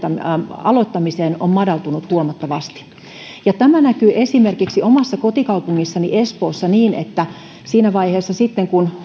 aloittamiseen on madaltunut huomattavasti tämä näkyy esimerkiksi omassa kotikaupungissani espoossa niin että siinä vaiheessa sitten kun